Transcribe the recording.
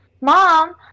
Mom